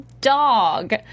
dog